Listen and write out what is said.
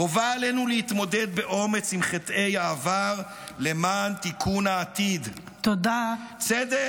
חובה עלינו להתמודד באומץ עם חטאי העבר למען תיקון העתיד: צדק,